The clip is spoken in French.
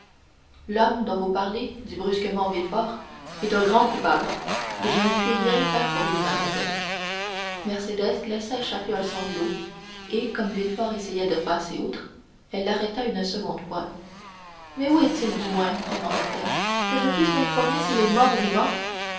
l'homme dont vous parlez dit brusquement villefort est un grand coupable et je ne puis rien faire pour lui mademoiselle mercédès laissa échapper un sanglot et comme villefort essayait de passer outre elle l'arrêta une seconde fois mais où est-il du moins demanda-t-elle que je puisse m'informer s'il est mort ou vivant